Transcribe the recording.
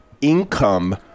income